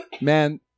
man